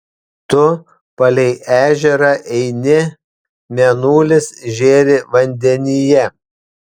tu palei ežerą eini mėnulis žėri vandenyje